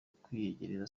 kwiyegereza